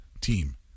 team